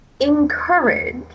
...encourage